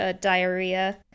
diarrhea